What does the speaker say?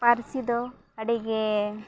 ᱯᱟᱹᱨᱥᱤ ᱫᱚ ᱟᱹᱰᱤᱜᱮ